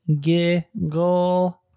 giggle